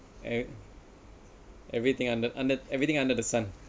and everything under under everything under the sun